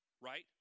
right